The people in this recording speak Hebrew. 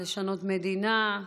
לשנות מדינה,